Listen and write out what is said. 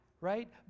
right